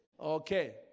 Okay